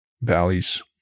valleys